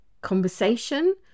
conversation